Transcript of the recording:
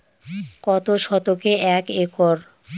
কত শতকে এক একর?